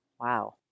Wow